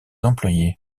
employés